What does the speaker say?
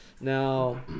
Now